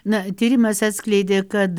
na tyrimas atskleidė kad